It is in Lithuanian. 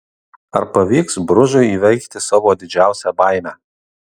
ar pavyks bružui įveikti savo didžiausią baimę